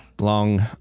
Long